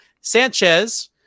Sanchez